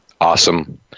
awesome